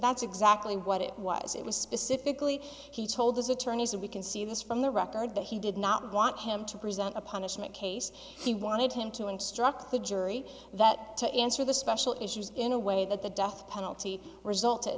that's exactly what it was it was specifically he told his attorneys that we can see this from the record that he did not want him to present a punishment case he wanted him to instruct the jury that to answer the special issues in a way that the death penalty resulted